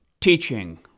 Teaching